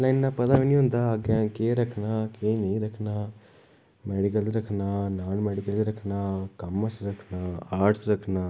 उसलै इन्ना पता वि नि होंदा हा अग्गैं केह् रक्खना केह् नेईं रक्खना मैडिकल रक्खना नान मैडिकल रक्खना कोम्मेर्से रक्खना आर्ट्स रक्खना